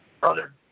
brother